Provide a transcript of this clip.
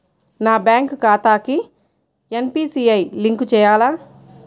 నా బ్యాంక్ ఖాతాకి NPCI link చేయాలా?